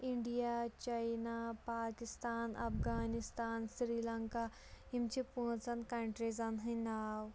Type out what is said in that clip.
India China Pakistan Afghanistan Sri Lanka یِم چھِ پانٛژن کَنٹریٖزن ہٕنٛدۍ ناو